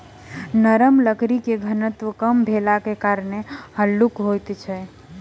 नरम लकड़ीक घनत्व कम भेलाक कारणेँ हल्लुक होइत अछि